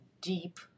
deep